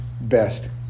best